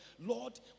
Lord